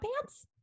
pants